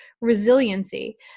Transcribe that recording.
resiliency